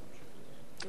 בסוף